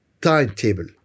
timetable